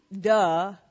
Duh